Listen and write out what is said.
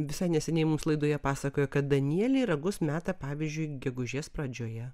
visai neseniai mūsų laidoje pasakojo kad danieliai ragus meta pavyzdžiui gegužės pradžioje